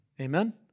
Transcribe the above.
amen